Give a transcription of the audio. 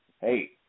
Hey